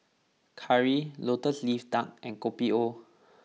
Curry Lotus Leaf Duck and Kopi O